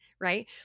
right